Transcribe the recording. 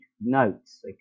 notes